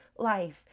Life